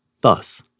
Thus